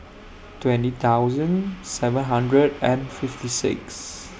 twenty thousand seven hundred and fifty six